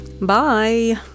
Bye